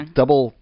double